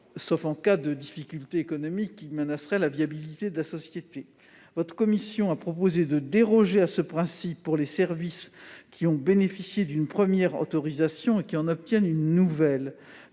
sauf en cas de difficultés économiques qui menaceraient la viabilité de la société. Votre commission a proposé de déroger à ce principe pour les services qui ont bénéficié d'une première autorisation et qui en obtiendraient une nouvelle.